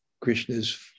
Krishna's